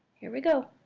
here we go.